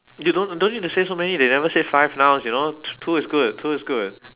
you don't don't need to say so many they never say five nouns you know t~ two is good two is good